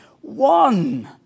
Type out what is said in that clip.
one